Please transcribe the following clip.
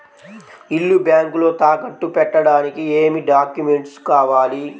ఇల్లు బ్యాంకులో తాకట్టు పెట్టడానికి ఏమి డాక్యూమెంట్స్ కావాలి?